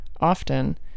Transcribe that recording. often